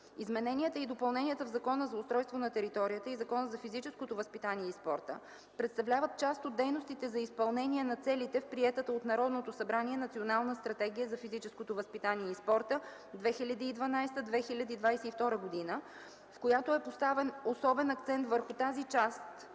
Измененията и допълненията в Закона за устройство на територията и Закона за физическото възпитание и спорта представляват част от дейностите за изпълнение на целите в приетата от Народното събрание Национална стратегия за физическото възпитание и спорта 2012-2022, в която е поставен особен акцент върху тази част